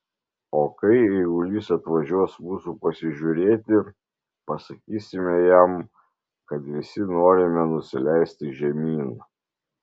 o kai eigulys atvažiuos mūsų pasižiūrėti pasakysime jam kad visi norime nusileisti žemyn